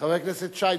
חבר הכנסת שי,